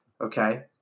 okay